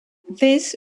this